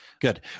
good